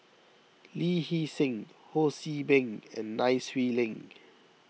Lee Hee Seng Ho See Beng and Nai Swee Leng